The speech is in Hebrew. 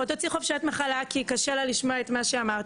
או תוציא חופשת מחלה כי קשה לה לשמוע את מה שאמרתי,